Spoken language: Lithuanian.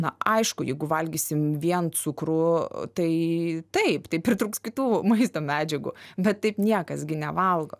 na aišku jeigu valgysim vien cukrų tai taip tai pritrūks kitų maisto medžiagų bet taip niekas gi nevalgo